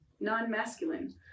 non-masculine